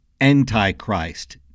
anti-Christ